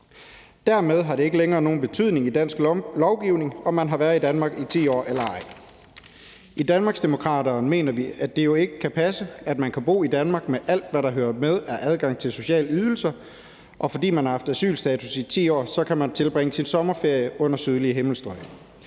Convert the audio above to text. Dermed har det ikke længere nogen betydning i dansk lovgivning, om man har været i Danmark i 10 år eller ej. I Danmarksdemokraterne mener vi, at det jo ikke kan passe, at man kan bo i Danmark med alt, hvad der hører med af adgang til sociale ydelser, og at man, fordi man har haft asylstatus i 10 år, kan tilbringe sin sommerferie under sydlige himmelstrøg.